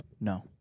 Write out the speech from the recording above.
No